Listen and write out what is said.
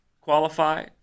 qualify